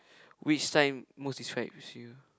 which sign most describes you